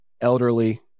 elderly